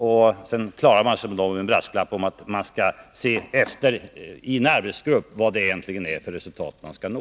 Sedan försöker regeringen klara sig med en brasklapp om att man i en arbetsgrupp skall se efter vilka resultat man vill nå.